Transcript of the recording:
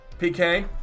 PK